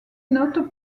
notes